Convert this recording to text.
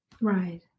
Right